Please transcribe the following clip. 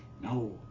No